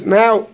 now